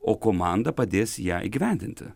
o komanda padės ją įgyvendinti